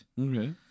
Okay